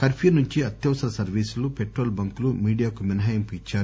curfew నుంచి అత్యవసర సర్వీసులు పెట్రోల్ బంక్లు మీడియాకు మినహాయింపు ఇద్పారు